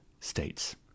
states